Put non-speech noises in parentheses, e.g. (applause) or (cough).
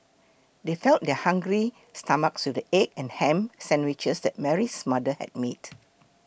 they fed their hungry stomachs with the egg and ham sandwiches that Mary's mother had made (noise)